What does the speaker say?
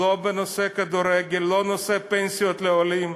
לא נושא הכדורגל, לא נושא הפנסיות לעולים.